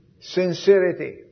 sincerity